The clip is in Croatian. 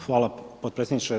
Hvala potpredsjedniče.